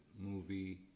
movie